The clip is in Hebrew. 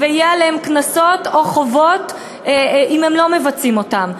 ויהיו עליהם קנסות או חובות אם הם לא מבצעים אותם.